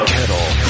Kettle